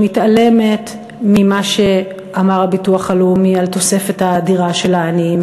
שמתעלמת ממה שאמר הביטוח הלאומי על התוספת האדירה של העניים,